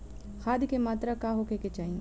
खाध के मात्रा का होखे के चाही?